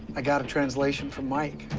i got a translation from mike.